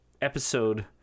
episode